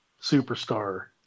superstar